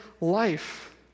life